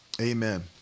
Amen